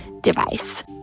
device